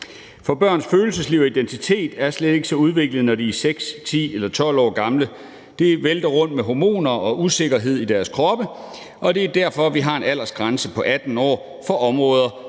børn! Børns følelsesliv og identitet er slet ikke så udviklet, når de er 6, 10 eller 12 år gamle; det vælter rundt med hormoner og usikkerhed i deres kroppe, og det er derfor, vi har en aldersgrænse på 18 år for områder,